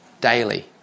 daily